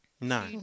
No